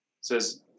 says